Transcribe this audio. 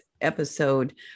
episode